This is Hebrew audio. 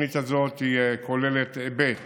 התוכנית הזאת כוללת היבט